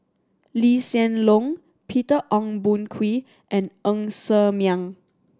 Lee Hsien Loong Peter Ong Boon Kwee and Ng Ser Miang